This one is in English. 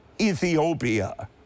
Ethiopia